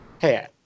Hey